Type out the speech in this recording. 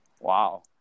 Wow